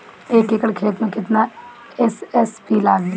एक एकड़ खेत मे कितना एस.एस.पी लागिल?